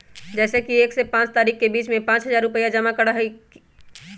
जैसे कि एक से पाँच तारीक के बीज में पाँच हजार रुपया जमा करेके ही हैई?